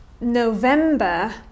November